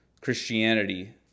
Christianity